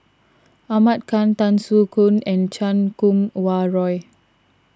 Ahmad Khan Tan Soo Khoon and Chan Kum Wah Roy